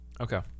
Okay